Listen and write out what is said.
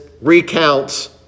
recounts